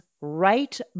right